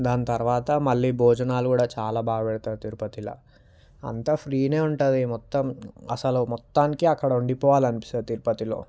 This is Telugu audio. దాని తరువాత మళ్ళీ భోజనాలు కూడా చాలా బాగా పెడతారు తిరుపతిలా అంతా ఫ్రీనే ఉంటుంది మొత్తం అసలు మొత్తానికి అక్కడ ఉండిపోవాలని అనిపిస్తుంది తిరుపతిలో